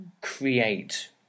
create